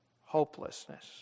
hopelessness